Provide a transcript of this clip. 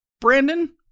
Brandon